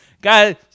guys